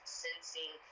sensing